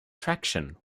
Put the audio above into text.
traction